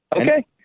Okay